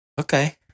Okay